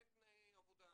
כן תנאי עבודה,